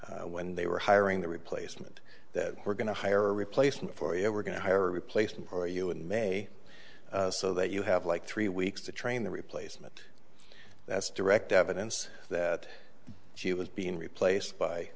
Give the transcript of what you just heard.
when they were hiring the replacement that we're going to hire a replacement for you we're going to hire a replacement for you in may so that you have like three weeks to train the replacement that's direct evidence that she was being replaced